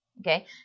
Okay